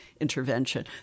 intervention